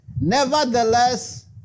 Nevertheless